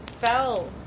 fell